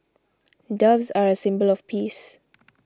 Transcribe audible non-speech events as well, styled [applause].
[noise] doves are a symbol of peace